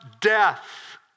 death